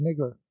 nigger